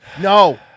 No